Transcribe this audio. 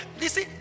listen